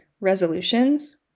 resolutions